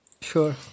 Sure